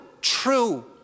true